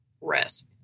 risk